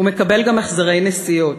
הוא מקבל גם החזרי נסיעות,